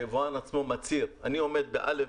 היבואן עצמו מצהיר: אני עומד בא',